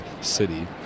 city